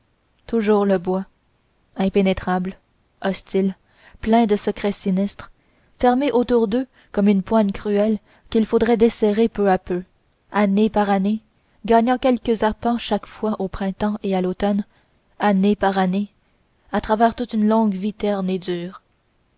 toujours le bois impénétrable hostile plein de secrets sinistres fermé autour d'eux comme une poigne cruelle qu'il faudrait desserrer peu à peu année par année gagnant quelques arpents chaque fois au printemps et à l'automne année par année à travers toute une longue vie terne et dure